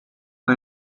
who